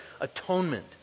atonement